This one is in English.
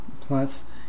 Plus